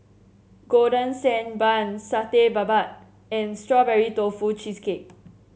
Golden Sand Bun Satay Babat and Strawberry Tofu Cheesecake